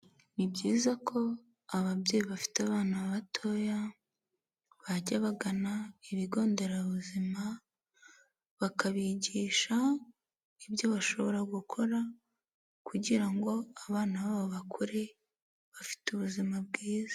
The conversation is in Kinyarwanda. Ni byiza ko ababyeyi bafite abana batoya bajya bagana ibigonderabuzima bakabigisha ibyo bashobora gukora kugira ngo abana babo bakure bafite ubuzima bwiza.